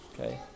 okay